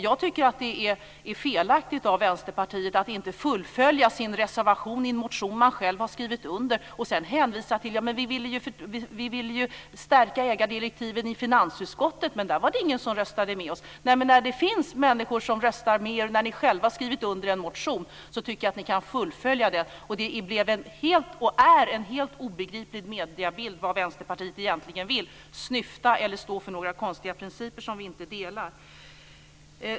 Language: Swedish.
Jag tycker att det är fel av Vänsterpartiet att inte följa upp förslagen i den motion man själv har skrivit under. Man hänvisar till att man ville förtydliga ägardirektiven i finansutskottet, men att ingen röstade för förslaget då. Men när det finns människor som röstar med er, och eftersom ni själva har skrivit under en motion, tycker jag att ni ska fullfölja. Mediebilden av vad Vänsterpartiet egentligen vill är helt obegriplig. Vill man snyfta eller stå för några konstiga principer som vi inte delar?